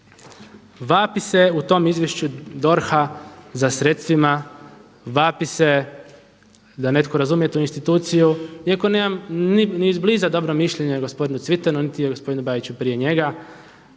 Vapi se u tom Izvješću DORH-a za sredstvima, vapi se da netko razumije tu instituciju iako nemam ni izbliza dobro mišljenje o gospodinu Cvitanu niti o gospodinu Bajiću prije njega,